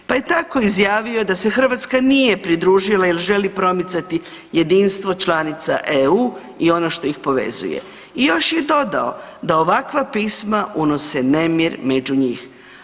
Pa je tako izjavio da se Hrvatska nije pridružila jer želi promicati jedinstvo članica EU i ono što ih povezuje i još je dodao da ovakva pisma unose nemir među njih.